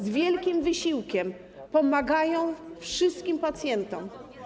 Z wielkim wysiłkiem pomagają wszystkim pacjentom.